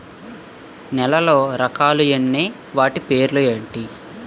నేలలో రకాలు ఎన్ని వాటి పేర్లు ఏంటి?